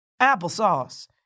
Applesauce